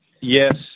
Yes